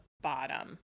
bottom